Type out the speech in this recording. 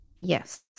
Yes